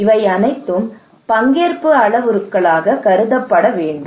இவை அனைத்தும் பங்கேற்பு அளவுருக்களாக கருதப்பட வேண்டும்